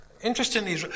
Interestingly